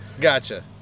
Gotcha